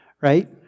right